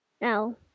No